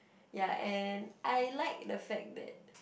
ya and I like the fact that